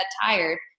tired